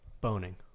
boning